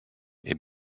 est